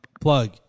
Plug